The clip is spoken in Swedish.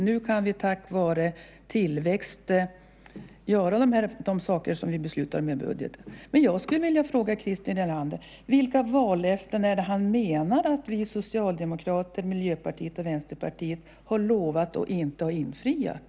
Nu kan vi tack vare tillväxten göra de saker som vi beslutar om i budgeten. Jag skulle vilja fråga Christer Nylander vilka vallöften det är som han menar att vi socialdemokrater, Miljöpartiet och Vänsterpartiet har gett men inte har infriat.